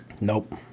Nope